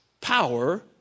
power